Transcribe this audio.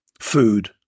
Food